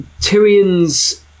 Tyrion's